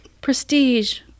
Prestige